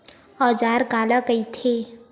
औजार काला कइथे?